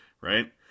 Right